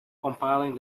compiling